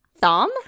Thumb